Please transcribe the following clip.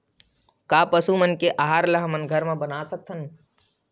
का पशु मन के आहार ला हमन घर मा बना सकथन?